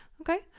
okay